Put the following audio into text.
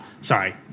sorry –